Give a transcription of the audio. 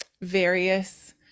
various